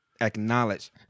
acknowledge